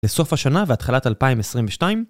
לסוף השנה והתחלת 2022